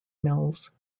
mills